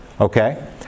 okay